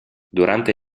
durante